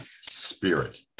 spirit